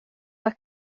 were